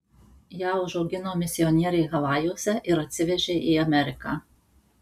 ją užaugino misionieriai havajuose ir atsivežė į ameriką